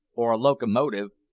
or a locomotive.